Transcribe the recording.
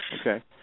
Okay